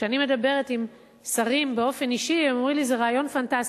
כשאני מדברת עם שרים באופן אישי הם אומרים לי: זה רעיון פנטסטי.